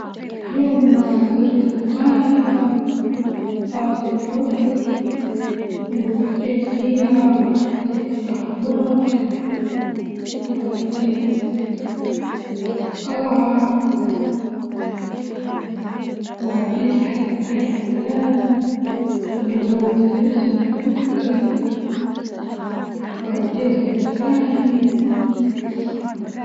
بنختار الرز والدجاج لإنهم وجبة متكاملة وسهلة ونقدر نضيف لهم خضار أو أي صوصات عشان نغير- نغير النكهة في كل مرة، وجبة صحية وعادي لو كلناها يوميًا.